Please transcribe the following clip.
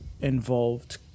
involved